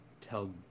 tell